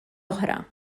oħra